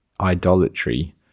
idolatry